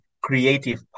creative